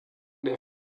der